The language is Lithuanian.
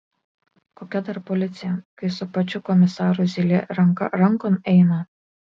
kokia dar policija kai su pačiu komisaru zylė ranka rankon eina